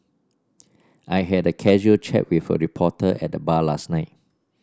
I had a casual chat with a reporter at the bar last night